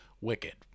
Wicked